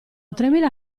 tremila